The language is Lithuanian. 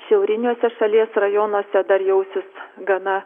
šiauriniuose šalies rajonuose dar jausis gana